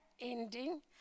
Ending